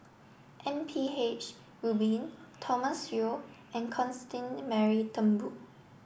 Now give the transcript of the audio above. M P H Rubin Thomas Yeo and Constance Mary Turnbull